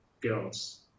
girls